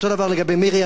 אותו דבר לגבי מירי.